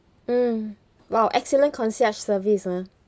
mm !wow! excellent concierge service ah